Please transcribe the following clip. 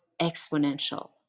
exponential